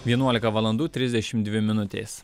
vienuolika valandų trisdešim dvi minutės